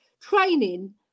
training